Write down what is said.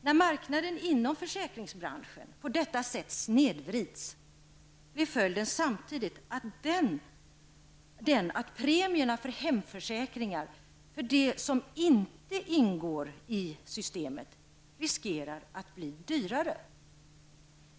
När marknaden inom försäkringsbranschen på detta sätt snedvrids blir följden samtidigt den att premierna för hemförsäkringar för dem som inte ingår i systemet riskerar att bli dyrare.